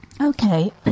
Okay